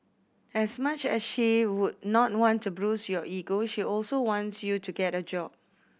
as much as she would not want to bruise your ego she also wants you to get a job